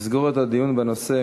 יסגור את הדיון בנושא,